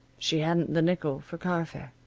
she hadn't the nickel for car fare.